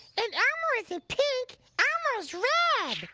and elmo isn't pink, elmo's red.